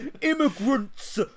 Immigrants